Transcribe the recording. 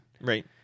Right